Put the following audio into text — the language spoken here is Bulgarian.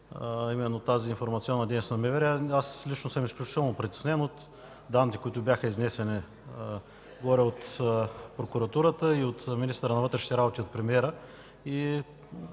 тази информационна дейност на МВР. Аз лично съм изключително притеснен от данните, които бяха изнесени от прокуратурата, от министъра на вътрешните работи и от премиера.